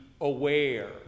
aware